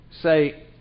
Say